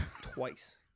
Twice